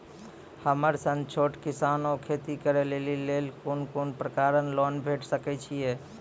हमर सन छोट किसान कअ खेती करै लेली लेल कून कून प्रकारक लोन भेट सकैत अछि?